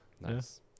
Nice